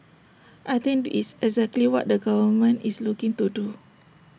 I think this is exactly what the government is looking to do